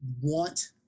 want